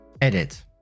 Edit